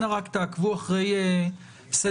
אנא רק תעקבו אחרי סדר-היום,